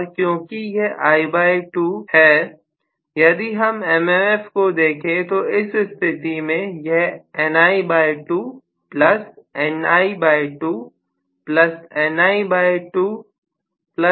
और क्योंकि यह I2 यदि हम mmf को देखें तो इस स्थिति में यह होगा